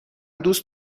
دوست